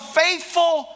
faithful